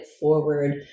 forward